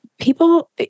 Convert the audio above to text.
people